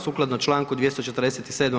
Sukladno čl. 247.